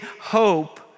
hope